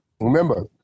Remember